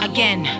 Again